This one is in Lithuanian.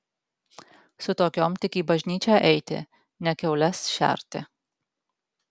su tokiom tik į bažnyčią eiti ne kiaules šerti